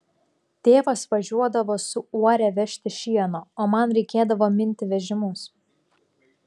tėvas važiuodavo su uore vežti šieno o man reikėdavo minti vežimus